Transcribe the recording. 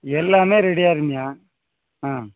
எல்லாமே ரெடி ஆயிரும்ய்யா ஆ